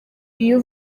iyo